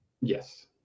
yes